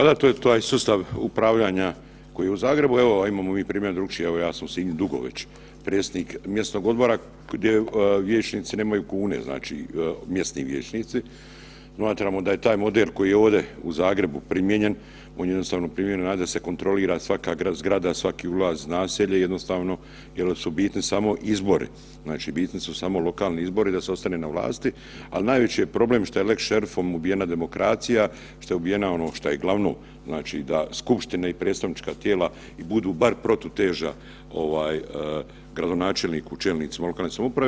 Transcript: A da, to je taj sustav upravljanja koji je u Zagrebu, a evo imamo i primjer drugačije, evo ja sam u Sinju dugo već predsjednik mjesnog odbora gdje vijećnici nemaju kune znači mjesni vijećnici, smatramo da je taj model koji je ovdje u Zagrebu primijenjen, on je jednostavno primijenjen znači da se kontrolira svaka zgrada, svaki ulaz, naselje, jednostavno jel …/nerazumljivo/… bitni samo izbori, znači bitni su samo lokalni izbori da se ostane na vlasti, al najveći je problem što je lex šerifom ubijena demokracija, šta je ubijena ono šta je glavno znači da skupština i predstavnička tijela budu bar protuteža gradonačelniku i čelnicima lokalne samouprave.